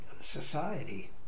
society